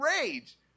rage